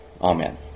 Amen